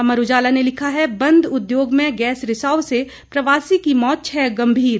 अमर उजाला ने लिखा है बंद उद्योग में गैस रिसाव से प्रवासी की मौत छह गंभीर